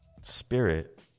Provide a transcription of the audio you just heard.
spirit